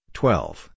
twelve